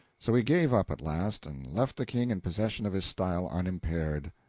so he gave up at last, and left the king in possession of his style unimpaired.